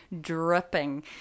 dripping